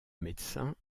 médecin